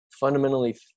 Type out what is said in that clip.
fundamentally